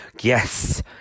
Yes